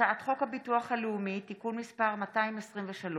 הצעת חוק הביטוח הלאומי (תיקון מס' 223,